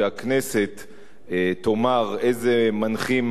שהכנסת תאמר איזה מנחים